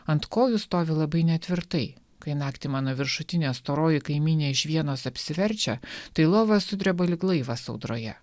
ant kojų stovi labai netvirtai kai naktį mano viršutinė storoji kaimynė iš vienos apsiverčia tai lova sudreba lyg laivas audroje